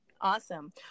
Awesome